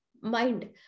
mind